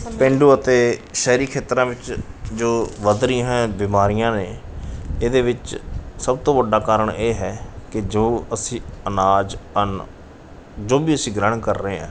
ਪੇਂਡੂ ਅਤੇ ਸ਼ਹਿਰੀ ਖੇਤਰਾਂ ਵਿੱਚ ਜੋ ਵੱਧ ਰਹੀਆਂ ਹੈ ਬਿਮਾਰੀਆਂ ਨੇ ਇਹਦੇ ਵਿੱਚ ਸਭ ਤੋਂ ਵੱਡਾ ਕਾਰਨ ਇਹ ਹੈ ਕਿ ਜੋ ਅਸੀਂ ਅਨਾਜ ਅੰਨ ਜੋ ਵੀ ਅਸੀਂ ਗ੍ਰਹਣ ਕਰ ਰਹੇ ਹਾਂ